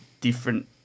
different